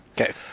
Okay